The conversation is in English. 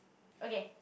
okay